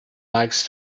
likes